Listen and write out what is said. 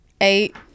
Eight